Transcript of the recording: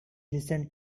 listened